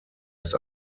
ist